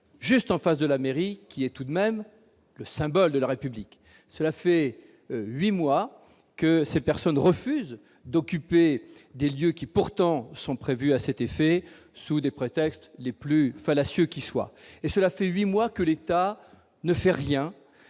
juste en face de la mairie qui est tout de même le symbole de la République, cela fait 8 mois que ces personnes refusent d'occuper des lieux qui pourtant sont prévus à cet effet, sous des prétextes les plus fallacieux qui soit et cela fait 8 mois que l'État ne fait rien